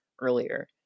earlier